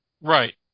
Right